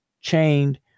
chained